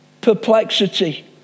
perplexity